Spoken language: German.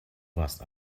warst